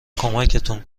کمکتون